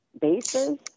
bases